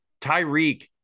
Tyreek